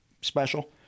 special